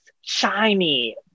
shiny